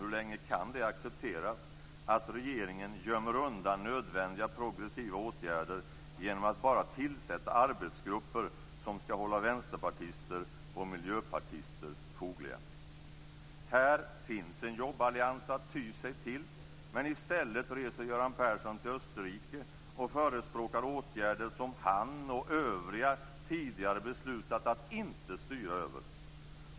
Hur länge kan det förresten accepteras att regeringen gömmer undan nödvändiga progressiva åtgärder genom att bara tillsätta arbetsgrupper som skall hålla vänsterpartister och miljöpartister fogliga? Här finns en jobballians att ty sig till, men i stället reser Göran Persson till Österrike och förespråkar åtgärder som han och övriga tidigare beslutat att inte styra över.